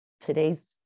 today's